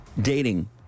dating